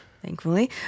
Thankfully